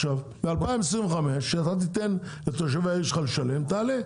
ב-2025 כשאתה תיתן לתושבי העיר שלך לשלם, תעלה.